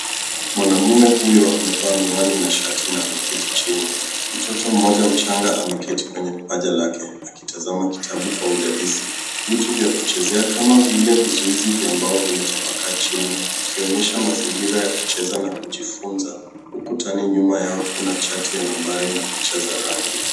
Mwanamume huyo amevaa miwani na shati na ameketi chini. Mtoto mmoja mchanga ameketi kwenye paja lake akitazama kitabu kwa udadisi. Vitu vya kuchezea kama vile vizuizi vya mbao vimetapakaa chini ikionyesha mazingira ya kucheza na kujifunza. Ukutani nyuma yao kuna chati ya nambari na picha za rangi.